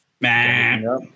man